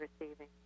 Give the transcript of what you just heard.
receiving